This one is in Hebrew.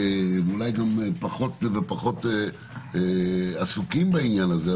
אולי גם פחות עסוקים בעניין הזה.